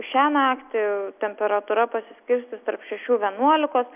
šią naktį temperatūra pasiskirstys tarp šešių vienuolikos